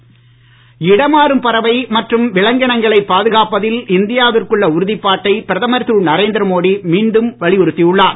மோடி இடமாறும் பறவை மற்றும் விலங்னங்களை பாதுகாப்பதில் இந்தியாவிற்குள்ள உறுதிப்பாட்டை பிரதமர் திரு நரேந்திரமோடி மீண்டும் வலியுறுத்தி உள்ளார்